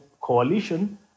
coalition